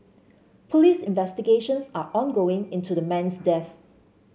police investigations are ongoing into the man's death